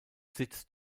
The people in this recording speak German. sitz